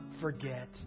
forget